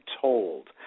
told